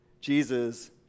jesus